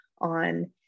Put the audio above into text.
on